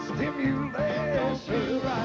Stimulation